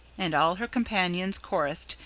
and all her companions chorused,